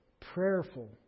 prayerful